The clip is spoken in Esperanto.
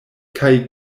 kaj